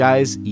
Guys